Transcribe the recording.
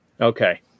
Okay